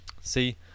See